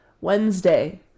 Wednesday